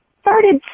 started